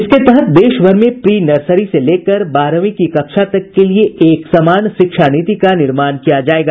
इसके तहत देश भर में प्री नर्सरी से लेकर बारहवीं की कक्षा तक के लिए एक समान शिक्षा नीति का निर्माण किया जायेगा